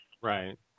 Right